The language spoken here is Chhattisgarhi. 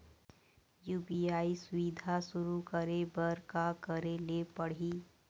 यू.पी.आई सुविधा शुरू करे बर का करे ले पड़ही?